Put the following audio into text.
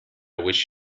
wish